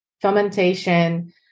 fermentation